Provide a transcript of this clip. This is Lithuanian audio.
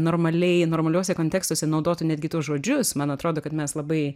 normaliai normaliuose kontekstuose naudotų netgi tuos žodžius man atrodo kad mes labai